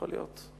יכול להיות.